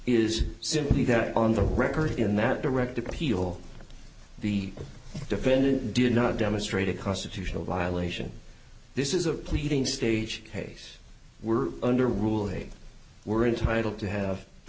is simply there on the record in that direct appeal the defendant did not demonstrate a constitutional violation this is a pleading stage case were under rule they were entitled to have the